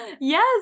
yes